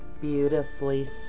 Beautifully